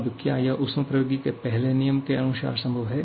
अब क्या यह ऊष्मप्रवैगिकी के पहले नियम के अनुसार संभव है